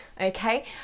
Okay